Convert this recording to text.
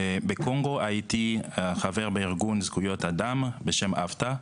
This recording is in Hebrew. ובקונגו הייתי חבר בארגון זכויות אדם בשם 'אבטה'